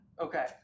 Okay